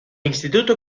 instituto